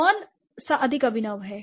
कौन सा अधिक अभिनव है